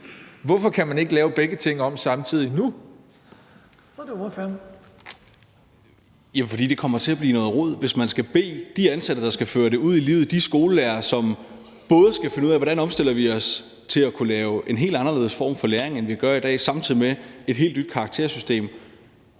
18:06 Thomas Skriver Jensen (S): Det er, fordi det kommer til at blive noget rod. Hvis man skal bede de ansatte om det, der skal føre det ud i livet, de skolelærere, som både skal finde ud af, hvordan vi omstiller os til at kunne lave en helt anderledes form for læring, end vi gør i dag, samtidig med et helt nyt karaktersystem,